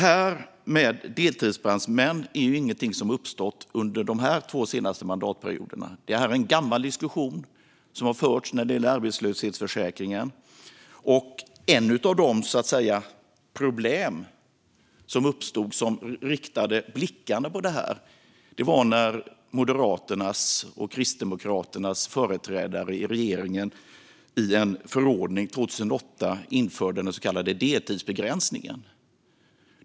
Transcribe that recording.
Denna fråga gällande deltidsbrandmännen har inte uppstått under de två senaste mandatperioderna. Det är en gammal diskussion som har förts när det gäller arbetslöshetsförsäkringen. Ett av de problem som uppstod och som riktade blickarna mot detta var när Moderaternas och Kristdemokraternas företrädare i regeringen i en förordning 2008 införde den så kallade deltidsbegränsningen.